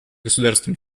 государствам